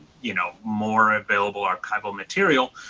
you know, more available archival material,